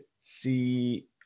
see